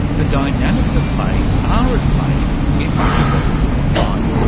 the dynamics of play ah are at play in much of what we do online.